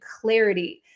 clarity